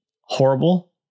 horrible